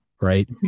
right